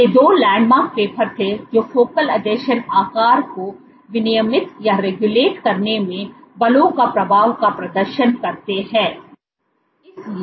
ये 2 landmark paper थे जो फोकल आसंजन आकार को विनियमित करने में बलों के प्रभाव का प्रदर्शन करते थे